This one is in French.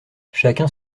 chacun